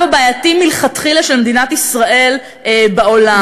הבעייתי מלכתחילה של מדינת ישראל בעולם.